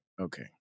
Okay